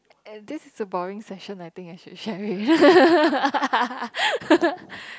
and this is a boring session I think I should share it